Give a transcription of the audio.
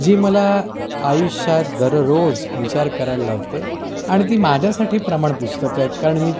जी मला आयुष्यात दररोज विचार करायला लावते आणि ती माझ्यासाठी प्रमाण पुस्तकं आहेत कारण मी